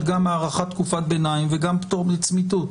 גם הארכת תקופת ביניים וגם פטור לצמיתות.